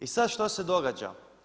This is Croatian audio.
I sad što se događa?